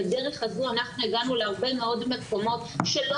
בדרך הזו אנחנו הגענו להרבה מאוד מקומות שלא